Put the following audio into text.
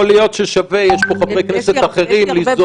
אבל יכול להיות ששווה יש פה חברי כנסת אחרים ליזום